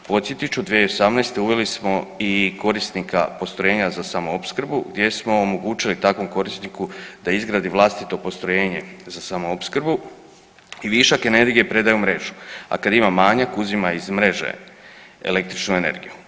Podsjetit ću 2018. uveli smo i korisnika postrojenja za samoopskrbu gdje smo omogućili takvom korisniku da izgradi vlastito postrojenje za samoopskrbu i višak energije predaju u mrežu, a kada ima manjak uzima iz mreže električnu energiju.